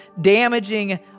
damaging